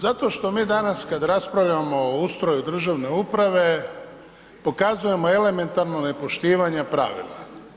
Zato što mi danas kad raspravljamo o ustroju državne uprave pokazujemo elementarno nepoštivanje pravila.